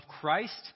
Christ